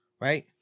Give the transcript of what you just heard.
right